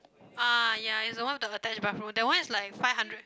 ah ya it's the one with the attached bathroom that one is like five hundred